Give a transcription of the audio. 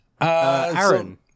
Aaron